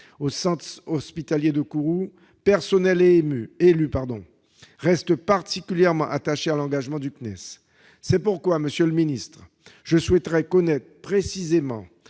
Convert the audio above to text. au centre hospitalier de Kourou, personnels et élus restent particulièrement attachés à l'engagement du CNES. C'est pourquoi, madame la secrétaire d'État, je souhaiterais connaître précisément